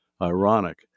ironic